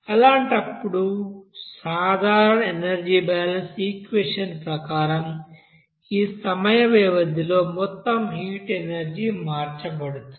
అలాంటప్పుడు సాధారణ energy balance equation ప్రకారం ఈ సమయ వ్యవధిలో మొత్తం హీట్ ఎనర్జీ మార్చబడుతుంది